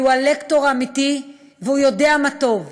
כי הוא הלקטור האמיתי והוא יודע מה טוב.